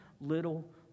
little